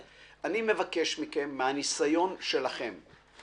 אני מבקש מכם, מהניסיון שלכם,